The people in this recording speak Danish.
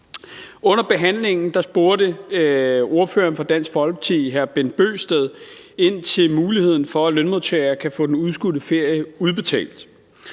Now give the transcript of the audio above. Under behandlingen spurgte ordføreren for Dansk Folkeparti, hr. Bent Bøgsted, ind til muligheden for, at lønmodtagere kan få den udskudte ferie udbetalt.